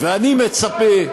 ואני מצפה,